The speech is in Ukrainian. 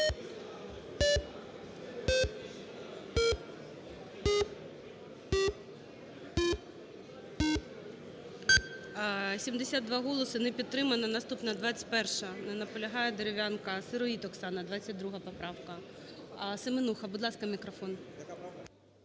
За-72 Не підтримана. Наступна: 21-а. Не наполягає Дерев'янко. Сироїд Оксана, 22 поправка. Семенуха. Будь ласка, мікрофон.